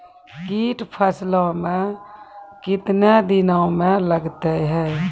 कीट फसलों मे कितने दिनों मे लगते हैं?